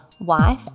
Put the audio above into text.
wife